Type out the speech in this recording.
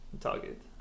target